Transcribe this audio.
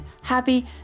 happy